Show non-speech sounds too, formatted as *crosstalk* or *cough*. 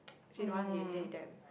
*noise* she don't want 连累 them